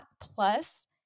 plus